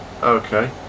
okay